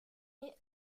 est